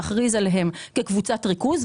להכריז עליהם כקבוצת ריכוז,